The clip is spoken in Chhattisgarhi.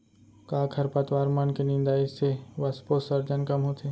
का खरपतवार मन के निंदाई से वाष्पोत्सर्जन कम होथे?